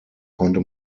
konnte